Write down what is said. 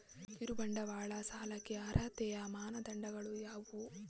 ಕಿರುಬಂಡವಾಳ ಸಾಲಕ್ಕೆ ಅರ್ಹತೆಯ ಮಾನದಂಡಗಳು ಯಾವುವು?